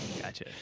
Gotcha